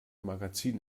magazin